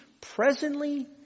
presently